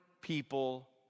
people